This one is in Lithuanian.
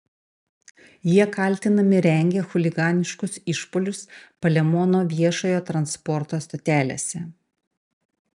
jie kaltinami rengę chuliganiškus išpuolius palemono viešojo transporto stotelėse